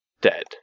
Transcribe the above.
dead